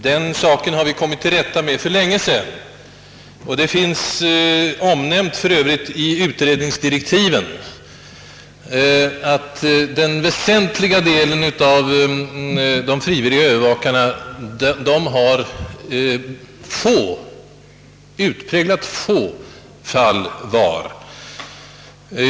Den saken har vi kommit till rätta med för länge sedan, och det finns för övrigt omnämnt i direktiven för utredningen, nämligen att den alldeles övervägande delen av de frivilliga övervakarna har hand om endast ett fåtal fall var.